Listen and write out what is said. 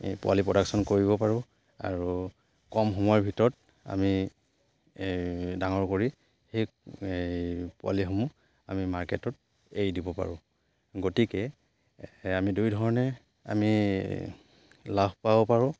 পোৱালি প্ৰডাকশ্যন কৰিব পাৰোঁ আৰু কম সময়ৰ ভিতৰত আমি ডাঙৰ কৰি সেই পোৱালিসমূহ আমি মাৰ্কেটত এৰি দিব পাৰোঁ গতিকে আমি দুই ধৰণে আমি লাভ পাব পাৰোঁ